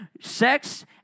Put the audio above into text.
sex